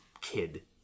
kid